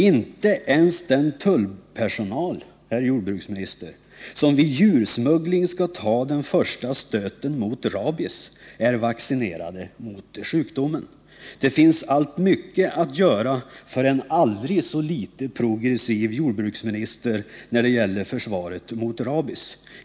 Inte ens den tullpersonal som vid djursmuggling skall ta den första stöten mot rabies är vaccinerad mot sjukdomen. Det finns mycket att göra även för en aldrig så litet progressiv jordbruksminister när det gäller försvaret mot rabies.